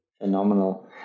Phenomenal